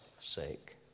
sake